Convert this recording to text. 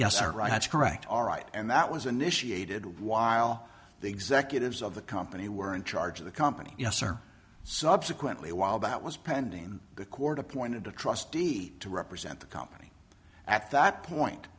right that's correct all right and that was initiated while the executives of the company were in charge of the company yes sir subsequently while that was pending in the court appointed a trustee to represent the company at that point